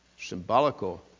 Symbolical